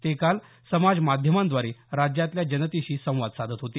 ते काल समाज माध्यमांद्वारे राज्यातल्या जनतेशी संवाद साधत होते